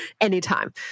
anytime